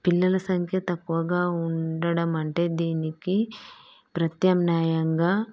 పిల్లల సంఖ్య తక్కువగా ఉండడం అంటే దీనికి ప్రత్యామ్నాయంగా